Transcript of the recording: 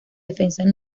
defensa